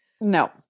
No